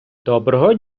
доброго